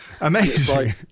Amazing